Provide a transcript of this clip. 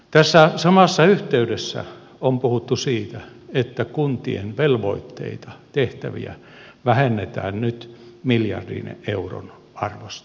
tässä samassa yhteydessä on puhuttu siitä että kuntien velvoitteita tehtäviä vähennetään nyt miljardin euron arvosta